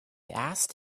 asked